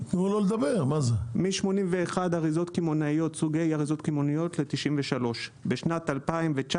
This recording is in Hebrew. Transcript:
מ-81 סוגי אריזות קמעונאיות ל-93 בשנת 2019